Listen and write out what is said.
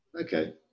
okay